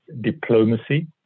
diplomacy